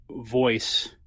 voice